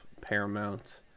Paramount